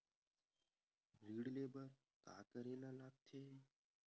ऋण ले बर का करे ला लगथे?